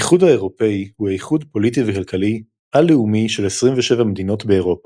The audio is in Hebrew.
האיחוד האירופי הוא איחוד פוליטי וכלכלי על-לאומי של 27 מדינות באירופה.